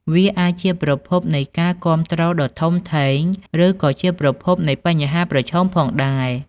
វាអាចជាប្រភពនៃការគាំទ្រដ៏ធំធេង ឬក៏ជាប្រភពនៃបញ្ហាប្រឈមផងដែរ ។